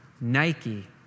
Nike